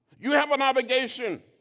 you have an obligation,